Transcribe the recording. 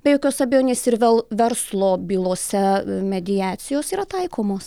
be jokios abejonės ir vel verslo bylose mediacijos yra taikomos